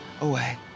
away